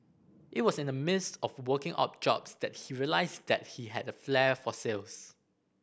it was in the midst of working odd jobs that he realised that he had a flair for sales